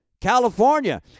California